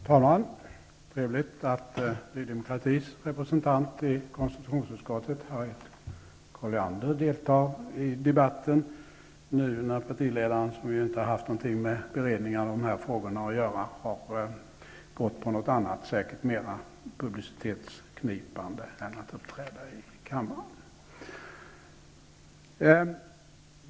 Herr talman! Det är trevligt att Ny demokratis representant i konstitutionsutskottet, Harriet Colliander, deltar i debatten. Partiledaren -- som inte har haft med beredningen av de här frågorna att göra -- har tydligen valt något annat som är mera publicitetsknipande än att uppträda i kammaren.